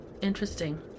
interesting